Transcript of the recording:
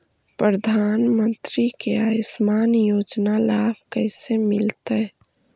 प्रधानमंत्री के आयुषमान योजना के लाभ कैसे मिलतै?